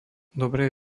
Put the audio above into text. dobré